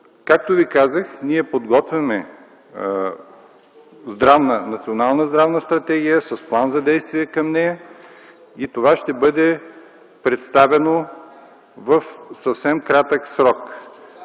Както Ви казах, ние подготвяме Национална здравна стратегия с план за действие към нея и това ще бъде представено в съвсем кратък срок